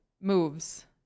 moves